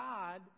God